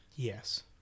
Yes